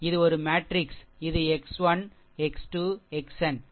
இது ஒரு மேட்ரிக்ஸ் அணி இது x1 x2 xn சரி